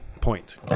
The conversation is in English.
point